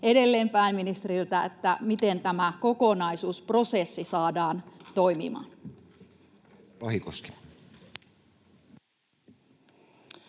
edelleen pääministeriltä: miten tämä kokonaisuus ja prosessi saadaan toimimaan?